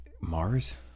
Mars